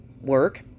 work